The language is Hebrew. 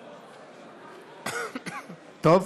טוב.